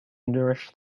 nourish